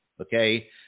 Okay